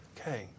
Okay